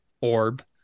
orb